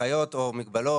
הנחיות או מגבלות,